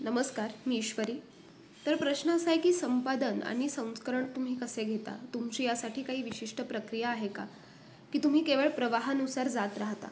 नमस्कार मी ईश्वरी तर प्रश्न असा आहे की संपादन आणि संस्करण तुम्ही कसे घेता तुमची यासाठी काही विशिष्ट प्रक्रिया आहे का की तुम्ही केवळ प्रवाहानुसार जात राहता